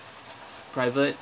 private